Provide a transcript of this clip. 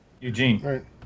Eugene